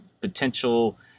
potential